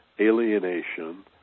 alienation